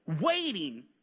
waiting